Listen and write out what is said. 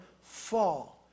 fall